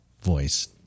voice